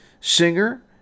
singer